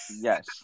Yes